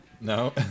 No